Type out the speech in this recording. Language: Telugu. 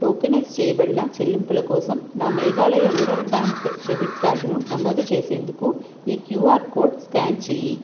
టోకెనైజ్ చేయబడిన చెల్లింపుల కోసం నా మేఘాలయ రూరల్ బ్యాంక్ డెబిట్ కార్డును నమోదు చేసేందుకు ఈ క్యూఆర్ కోడ్ స్కాన్ చేయి